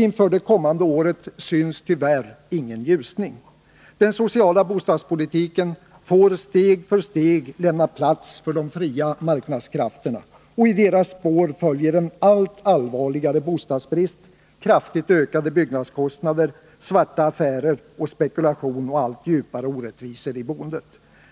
Inför det kommande året syns tyvärr ingen ljusning. Den sociala bostadspolitiken får steg för steg lämna plats för de ”fria marknadskrafterna”. I deras spår följer en allt allvarligare bostadsbrist, kraftigt ökade byggkostnader, svarta affärer, spekulation och allt djupare orättvisor i boendet.